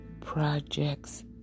projects